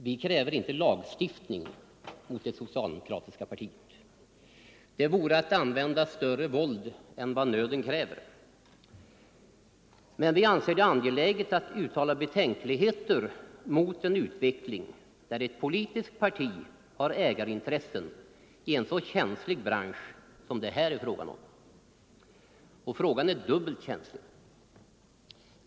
Vi kräver inte lagstiftning mot det socialdemokratiska partiet. Det vore att använda större våld än nöden kräver. Men vi anser det angeläget att uttala betänkligheter mot en utveckling där ett politiskt parti har ägarintressen i en så känslig bransch som det här är fråga om. Frågan är dubbelt känslig.